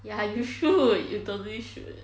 ya you should you totally should